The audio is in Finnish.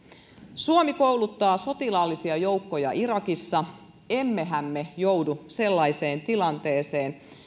suomi kouluttaa sotilaallisia joukkoja irakissa emmehän me joudu sellaiseen tilanteeseen